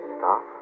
stop